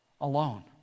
alone